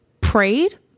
prayed